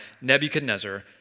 Nebuchadnezzar